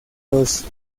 los